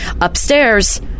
Upstairs